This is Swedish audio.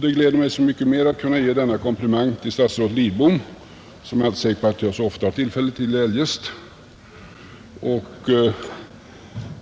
Det gläder mig så mycket mer att kunna ge denna komplimang till statsrådet Lidbom som jag inte är säker på att jag så ofta har tillfälle till det eljest.